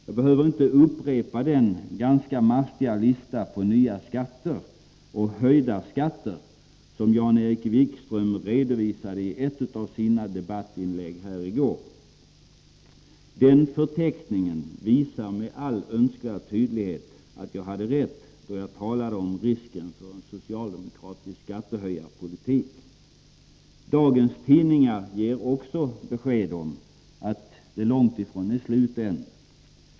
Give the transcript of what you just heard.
Jag behöver inte upprepa den ganska mastiga lista på nya skatter och höjda skatter som Jan-Erik Wikström redovisade i ett av sina debattinlägg i går. Den förteckningen visar med all önskvärd tydlighet att jag hade rätt då jag talade om risken för en socialdemokratisk skattehöjarpolitik. Dagens tidningar ger besked om att det långt ifrån är slut än.